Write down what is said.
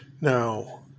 now